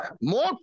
more